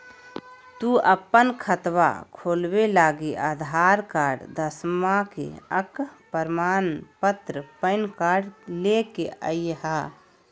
तू अपन खतवा खोलवे लागी आधार कार्ड, दसवां के अक प्रमाण पत्र, पैन कार्ड ले के अइह